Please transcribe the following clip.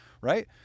right